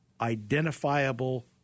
identifiable